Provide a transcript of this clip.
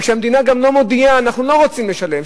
וכשהמדינה גם לא מודיעה: אנחנו לא רוצים לשלם,